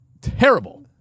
terrible